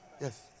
Yes